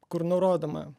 kur nurodoma